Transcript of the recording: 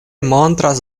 montras